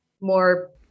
more